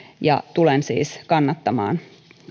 ja tulen siis kannattamaan